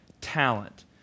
talent